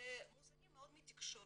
מוזנים מאוד מתקשורת.